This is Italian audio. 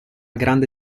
grande